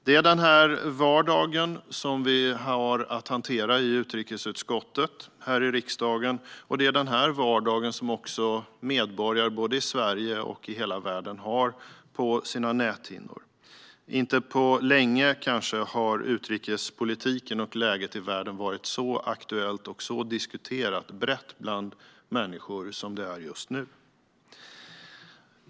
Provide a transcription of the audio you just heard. Det är den här vardagen som vi har att hantera i utrikesutskottet här i riksdagen, och det är den här vardagen som medborgare i Sverige och i hela världen har på sina näthinnor. Inte på länge har utrikespolitik och läget i världen varit så aktuellt och diskuterats så brett bland människor som just nu.